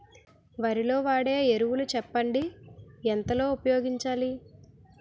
వరిలో వాడే ఎరువులు చెప్పండి? ఎంత లో ఉపయోగించాలీ?